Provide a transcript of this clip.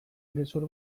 gezur